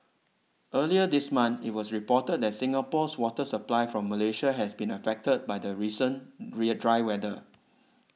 earlier this month it was reported that Singapore's water supply from Malaysia has been affected by the recent rear dry weather